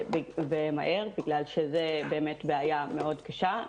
ומהר, בגלל שזה באמת בעיה מאוד קשה.